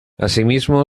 asimismo